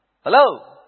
Hello